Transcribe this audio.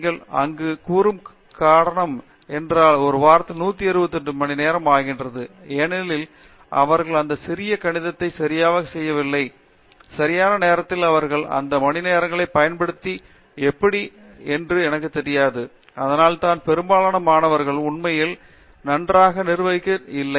நீங்கள் அங்கு கூறும் கணம் என்றால் ஒரு வாரத்தில் 168 மணி நேரம் ஆகிறது ஏனெனில் அவர்கள் அந்த சிறிய கணிதத்தை சரியாக செய்யவில்லை சரியான நேரத்தில் அவர்கள் அந்த மணிநேரங்களை பயன்படுத்துவது எப்படி என்று எனக்கு தெரியாது அதனால் தான் பெரும்பாலான மாணவர்கள் உண்மையில் நன்றாக நிர்வகிக்கவும் இல்லை